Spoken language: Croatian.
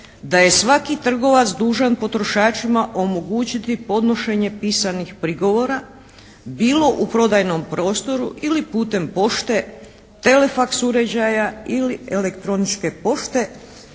da je svaki trgovac dužan potrošačima omogućiti podnošenje pisanih prigovora bilo u prodajnom prostoru ili putem pošte, telefaks uređaja ili elektroničke pošte